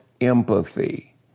empathy